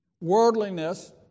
Worldliness